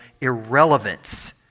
irrelevance